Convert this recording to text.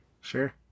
sure